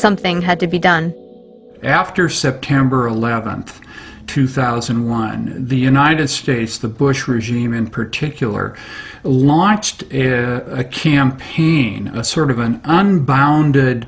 something had to be done and after september eleventh two thousand and one the united states the bush regime in particular launched a campaign a sort of an unbound